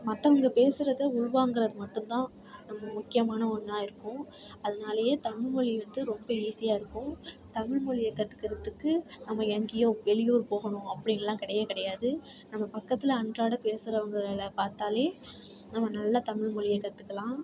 மற்றவங்க பேசுறதை உள்வாங்குவது மட்டும் தான் நம்ம முக்கியமான ஒன்றா இருக்கும் அதனாலேயே தமிழ் மொழி வந்து ரொம்ப ஈஸியாக இருக்கும் தமிழ் மொழியை கற்றுக்கிறதுக்கு நம்ம எங்கேயும் வெளியூர் போகணும் அப்படின்லாம் கிடைய கிடையாது நம்ம பக்கத்தில் அன்றாடம் பேசுறவங்களை பார்த்தாலே நம்ம நல்லா தமிழ் மொழியை கற்றுக்கலாம்